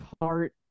heart